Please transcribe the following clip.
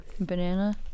Banana